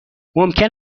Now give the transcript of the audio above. ممکن